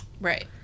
Right